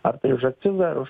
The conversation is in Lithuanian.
ar tai už akcizą ar už